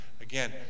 again